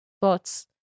thoughts